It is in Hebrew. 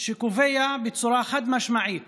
שקובע חד-משמעית